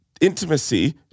intimacy